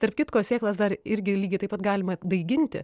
tarp kitko sėklas dar irgi lygiai taip pat galima daiginti